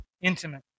Intimate